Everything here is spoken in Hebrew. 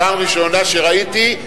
פעם ראשונה שראיתי,